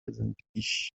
زندگیش